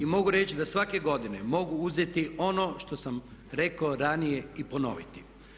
I mogu reći da svake godine mogu uzeti ono što sam rekao ranije i ponoviti.